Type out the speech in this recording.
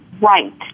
right